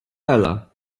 ela